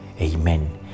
Amen